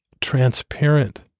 transparent